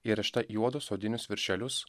įrišta į juodus odinius viršelius